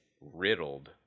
riddled